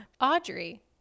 Audrey